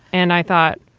and i thought,